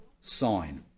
sign